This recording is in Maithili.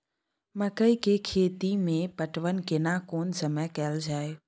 मकई के खेती मे पटवन केना कोन समय कैल जाय?